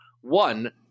one